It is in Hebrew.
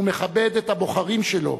הוא מכבד את הבוחרים שלו,